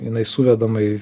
jinai suvedama į